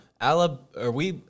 Alabama